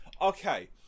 okay